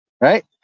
Right